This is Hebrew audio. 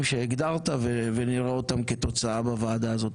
שהגדרת ונראה אותם כתוצאה בוועדה הזאת.